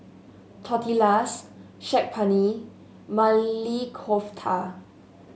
Tortillas Saag Paneer Maili Kofta